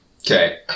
Okay